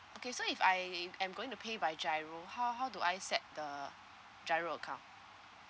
okay so if I am going to pay by GIRO how how do I set the GIRO account